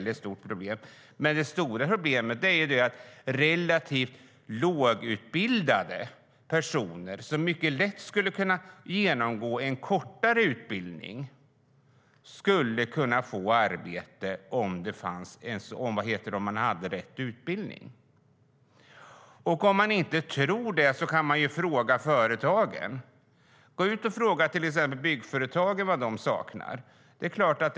Det stora problemet är att relativt lågutbildade personer, som lätt kan genomgå en kortare utbildning, skulle kunna få arbete om de hade rätt utbildning. Om man inte tror på detta kan man fråga företagen. Fråga byggföretagen vad de saknar!